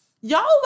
y'all